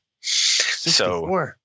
So-